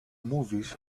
movies